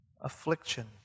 Affliction